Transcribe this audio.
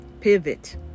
pivot